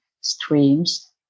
streams